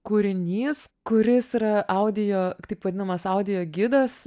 kūrinys kuris yra audio taip vadinamas audiogidas